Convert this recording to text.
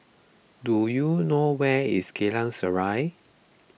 do you know where is Geylang Serai